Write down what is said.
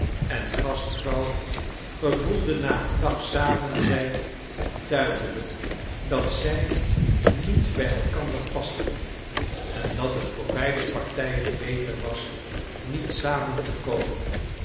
en gastvrouw gevoelden na een dag samenzijn duidelijk dat zij niet bij elkander pasten en dat het voor beide partijen beter was niet samen te komen